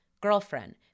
girlfriend